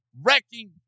wrecking